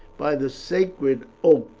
by the sacred oak,